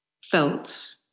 felt